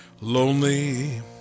Lonely